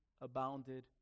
abounded